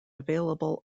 available